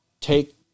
take